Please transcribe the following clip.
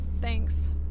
Thanks